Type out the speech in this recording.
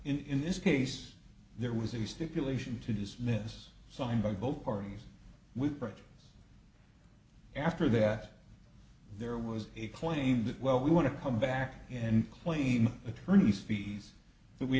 in this case there was a stipulation to dismiss signed by both parties with prejudice after that there was a claim that well we want to come back and claim attorney's fees